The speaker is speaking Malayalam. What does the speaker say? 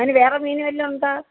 അതിന് വേറെ മീൻ വല്ലതും ഉണ്ടോ